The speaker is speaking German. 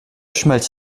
schmelz